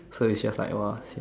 so it's just like !wah!